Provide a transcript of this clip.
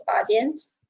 audience